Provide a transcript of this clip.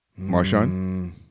Marshawn